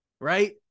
right